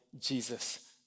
Jesus